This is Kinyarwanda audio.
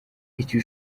icyo